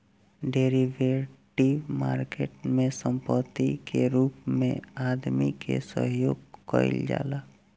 derivative market में संपत्ति के रूप में आदमी के सहयोग कईल जाला